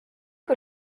que